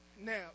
now